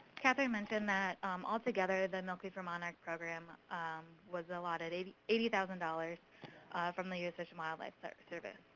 catherine mentioned that um altogether the and milkweeds for monarchs program was allotted eighty eighty thousand dollars from the u s. fish and wildlife service.